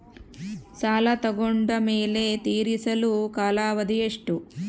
ಸಾಲ ತಗೊಂಡು ಮೇಲೆ ತೇರಿಸಲು ಕಾಲಾವಧಿ ಎಷ್ಟು?